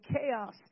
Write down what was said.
chaos